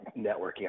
networking